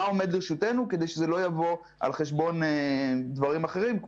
עומד לרשותנו כדי שזה לא יבוא על חשבון דברים אחרים,